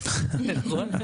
איזה מתוק אלכס.